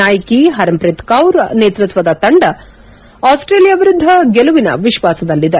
ನಾಯಕಿ ಪರ್ಮಾ ಪ್ರೀತ್ ಕೌರ್ ನೇತೃತ್ವದ ತಂಡ ಆಸ್ಟೇಲಿಯಾ ವಿರುದ್ಧ ಗೆಲುವಿನ ವಿಶ್ವಾಸದಲ್ಲಿದೆ